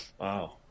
Wow